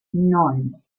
neun